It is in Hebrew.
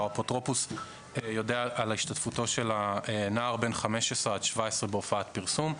האפוטרופוס יודע על השתתפותו של הנער בן 17-15 בהופעת פרסום.